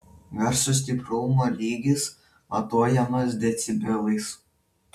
garso stiprumo lygis matuojamas decibelais